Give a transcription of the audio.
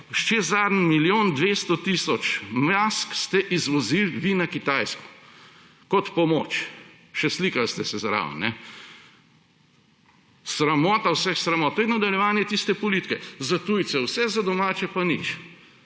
Še zadnji milijon 200 tisoč mask ste izvozili vi na Kitajsko kot pomoč. Še slikali ste se zraven. Sramota vseh sramot. To je nadaljevanje tiste politike. Za tujce vse, za domače pa nič.